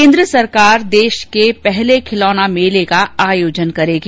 केन्द्र सरकार देश के पहले खिलौना मेले का आयोजन करेगी